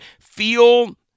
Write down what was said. feel